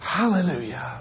Hallelujah